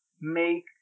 make